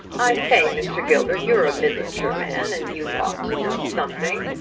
i say, mr. gilbert, you're a midlandshire man, and you ought to know something.